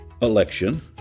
election